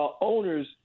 owners